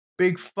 Big